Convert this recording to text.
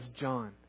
John